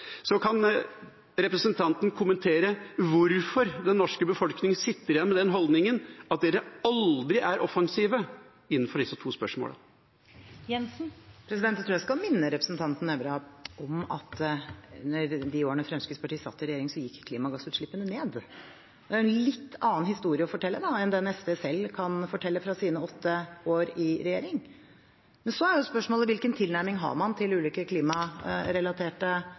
Kan representanten kommentere hvorfor den norske befolkningen sitter igjen med den holdningen at Fremskrittspartiet aldri er offensive i disse to spørsmålene? Jeg tror jeg skal minne representanten Nævra om at i de årene Fremskrittspartiet satt i regjering, gikk klimagassutslippene ned. Det er en litt annen historie å fortelle enn den SV selv kan fortelle fra sine åtte år i regjering. Så er spørsmålet hvilken tilnærming man har til ulike klimarelaterte